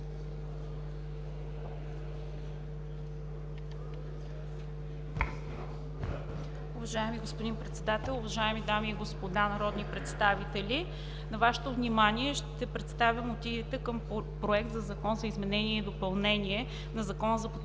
Уважаеми господин Председател, уважаеми дами и господа народни представители! На Вашето внимание ще представя мотивите към Законопроекта за изменение и допълнение на Закона за подпомагане